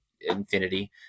infinity